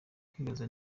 kwibaza